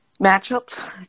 matchups